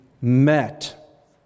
met